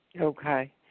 Okay